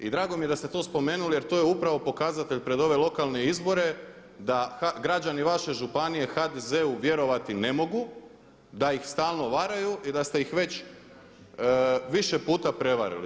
I drago mi je da ste to spomenuli, jer to je upravo pokazatelj pred ove lokalne izbore da građani vaše županije HDZ-u vjerovati ne mogu, da ih stalno varaju i da ste ih već više puta prevarili.